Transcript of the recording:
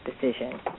decision